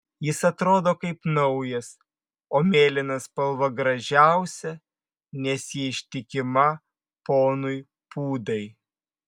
jis atrodo kaip naujas o mėlyna spalva gražiausia nes ji ištikima ponui pūdai